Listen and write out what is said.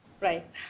Right